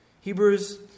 Hebrews